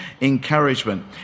encouragement